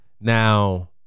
Now